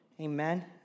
Amen